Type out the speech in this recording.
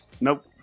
Nope